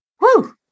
woo